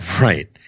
Right